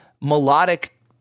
melodic